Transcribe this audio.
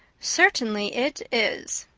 certainly it is.